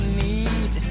need